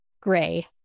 gray